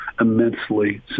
immensely